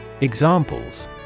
Examples